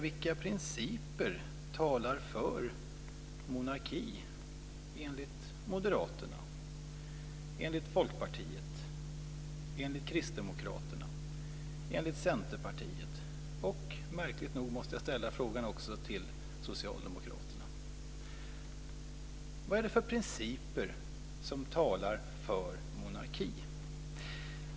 Vilka principer talar för monarki enligt Moderaterna, enligt Folkpartiet, enligt Kristdemokraterna och enligt Centerpartiet? Märkligt nog måste jag också ställa frågan till Socialdemokraterna: Vad är det för principer som talar för monarki?